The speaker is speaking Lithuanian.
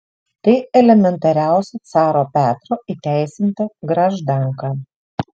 tai elementariausia caro petro įteisinta graždanka